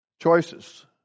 choices